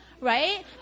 right